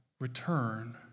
return